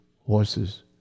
horses